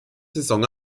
saison